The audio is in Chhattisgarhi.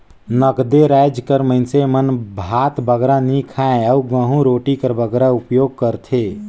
नगदे राएज कर मइनसे मन भात बगरा नी खाएं अउ गहूँ रोटी कर बगरा उपियोग करथे